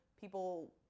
people